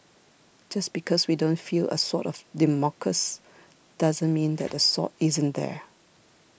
just because we don't feel a Sword of Damocles doesn't mean that the sword isn't there